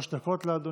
שלוש דקות לאדוני.